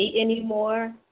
anymore